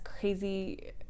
crazy